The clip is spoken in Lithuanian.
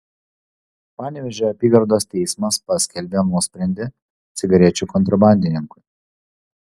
panevėžio apygardos teismas paskelbė nuosprendį cigarečių kontrabandininkui